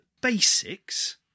basics